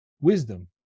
Wisdom